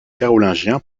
carolingien